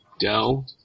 Dell